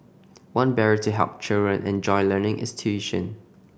one barrier to helping children enjoy learning is tuition